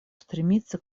стремится